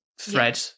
thread